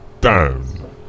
down